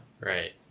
Right